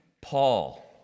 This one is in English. Paul